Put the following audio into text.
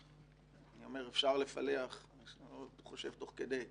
אפשר לפלח תוך כדי עבודה,